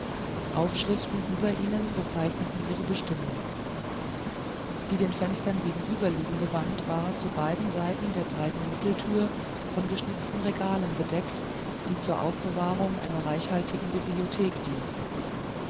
aufschriften über ihnen bezeichneten ihre bestimmung die den fenstern gegenüberliegende wand war zu beiden seiten der breiten mitteltür von geschnitzten regalen bedeckt die zur aufbewahrung einer reichhaltigen bibliothek dienten